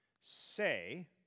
say